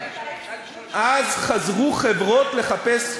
אז חזרו חברות לחפש,